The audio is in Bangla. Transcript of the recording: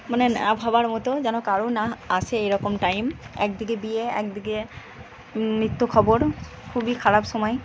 মানে না ভাবার মতো যেন কারও না আসে এই রকম টাইম একদিকে বিয়ে একদিকে মৃত্যু খবর খুবই খারাপ সময়